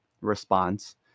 response